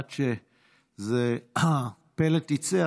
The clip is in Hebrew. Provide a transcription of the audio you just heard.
עד שהפלט יצא,